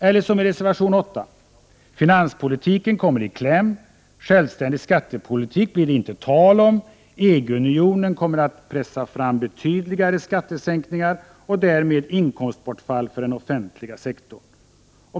Eller som det står i reservation 8: ”Finanspolitiken kommer i kläm, självständig skattepolitik blir det inte tal om, EG-unionen kommer att pressa fram betydande skattesänkningar och därmed inkomstbortfall för den offentliga sektorn”.